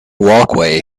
walkway